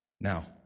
Now